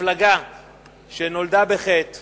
מפלגה שנולדה בחטא